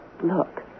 Look